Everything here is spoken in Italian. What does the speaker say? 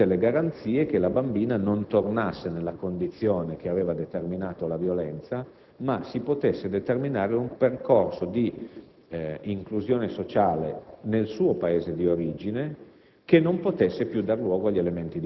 perché si avevano le garanzie che la bambina non tornasse nella condizione che aveva determinato la violenza, ma si potesse determinare un percorso di reinserimento sociale nel suo Paese di origine,